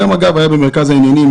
היום אגב היה ב"מרכז העניינים"